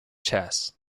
chess